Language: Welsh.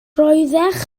roeddech